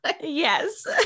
Yes